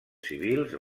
civils